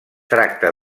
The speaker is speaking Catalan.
tracta